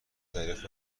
دریافت